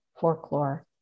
folklore